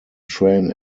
train